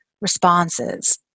responses